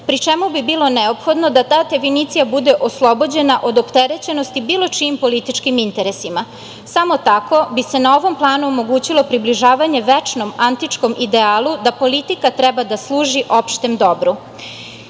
pri čemu bi bilo neophodno da ta definicija bude oslobođena od opterećenosti bilo čijim političkim interesima. Samo tako bi se na ovom planu omogućilo približavanje večnom, antičkom idealu – da politika treba da služi opštem dobru.“Iako